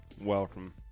welcome